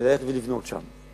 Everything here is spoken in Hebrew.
ולבנות שם.